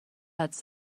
حدس